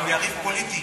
אבל הוא יריב פוליטי,